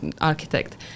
architect